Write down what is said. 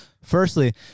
firstly